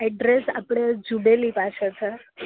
address આપળે jubilee પાછળ છે